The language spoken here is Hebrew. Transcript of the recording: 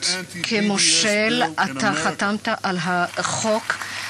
you signed the toughest anti-BDS bill in America.